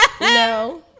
No